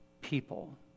people